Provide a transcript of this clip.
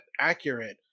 accurate